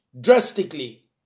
drastically